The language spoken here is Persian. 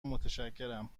متشکرم